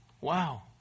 Wow